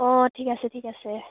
অঁ ঠিক আছে ঠিক আছে